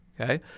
Okay